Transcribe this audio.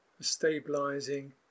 stabilizing